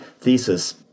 thesis